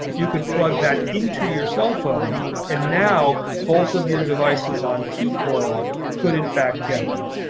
you could plug that into your cell phone and now both of your devices on t coil could in fact get that.